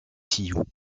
sioux